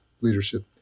leadership